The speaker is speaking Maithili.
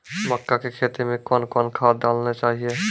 मक्का के खेती मे कौन कौन खाद डालने चाहिए?